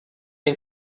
den